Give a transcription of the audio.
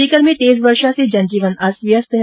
सीकर में तेज वर्षा से जनजीवन अस्त व्यस्त हो गया है